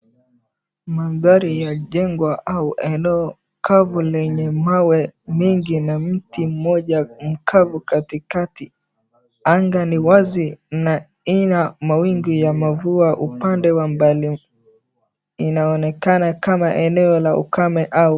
Maandhari ya jengo au maeneo kavu lenye mawe mingi na mti mmoja mkavu katikati anga ni wazi na ina mawingu ya mavua kwa umbali inaonekana kamaenao la ukame au.